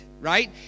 right